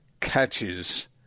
catches